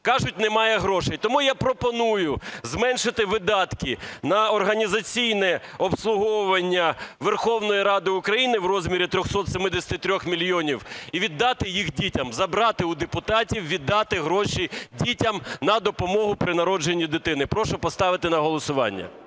Кажуть, немає грошей. Тому я пропоную зменшити видатки на організаційне обслуговування Верховної Ради України в розмірі 373 мільйони і віддати їх дітям. Забрати у депутатів, віддати гроші дітям на допомогу при народженні дитини. Прошу поставити на голосування.